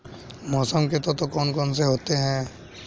मौसम के तत्व कौन कौन से होते हैं?